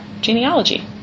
genealogy